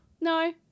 No